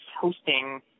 hosting